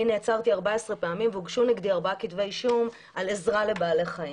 נעצרתי 14 פעמים והוגשו נגדי ארבעה כתבי אישום על עזרה לבעלי חיים.